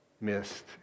missed